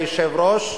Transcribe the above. אדוני היושב-ראש.